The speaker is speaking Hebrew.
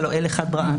הלוא אל אחד בראנו".